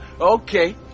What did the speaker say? Okay